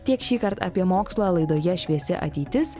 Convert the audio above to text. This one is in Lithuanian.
tiek šįkart apie mokslą laidoje šviesi ateitis